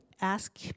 ask